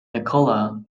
nicola